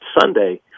Sunday